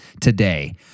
today